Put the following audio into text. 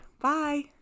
Bye